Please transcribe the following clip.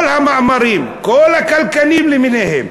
כל המאמרים הכלכליים למיניהם.